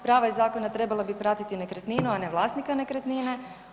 Prava iz zakona trebala bi pratiti nekretninu, a ne vlasnika nekretnine.